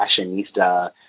fashionista